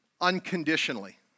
unconditionally